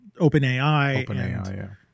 OpenAI